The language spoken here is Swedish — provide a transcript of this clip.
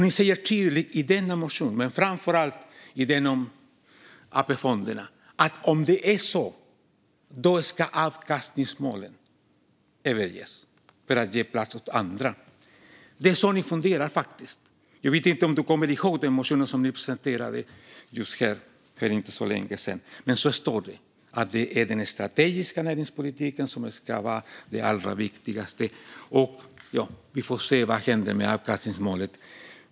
Ni säger tydligt i den aktuella motionen, men framför allt i den om AP-fonderna, att avkastningsmålet i så fall ska överges för att ge plats åt andra. Det är faktiskt så ni funderar. Jag vet inte om du kommer ihåg den motion ni presenterade här för inte så länge sedan, där det står att det är den strategiska näringspolitiken som ska vara det allra viktigaste och att vi får se vad som händer med avkastningsmålet.